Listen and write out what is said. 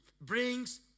brings